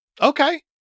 Okay